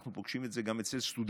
אנחנו פוגשים את זה גם אצל סטודנטים